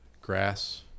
grass